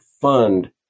fund